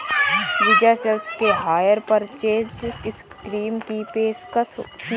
विजय sales ने hire purchase scheme की पेशकश की हैं